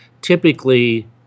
typically